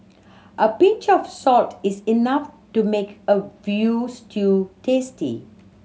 a pinch of salt is enough to make a veal stew tasty